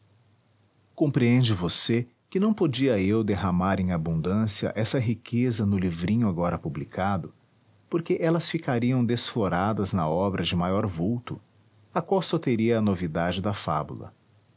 compreende você que não podia eu derramar em abundância essa riqueza no livrinho agora publicado porque elas ficariam desfloradas na obra de maior vulto a qual só teria a novidade da fábula